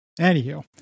Anywho